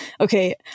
okay